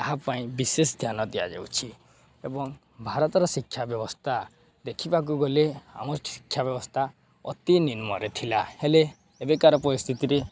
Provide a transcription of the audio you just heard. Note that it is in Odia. ତାହା ପାଇଁ ବିଶେଷ ଧ୍ୟାନ ଦିଆଯାଉଛି ଏବଂ ଭାରତର ଶିକ୍ଷା ବ୍ୟବସ୍ଥା ଦେଖିବାକୁ ଗଲେ ଆମ ଶିକ୍ଷା ବ୍ୟବସ୍ଥା ଅତି ନିମ୍ମରେ ଥିଲା ହେଲେ ଏବେକାର ପରିସ୍ଥିତିରେ